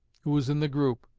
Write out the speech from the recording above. who was in the group,